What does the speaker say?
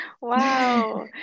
wow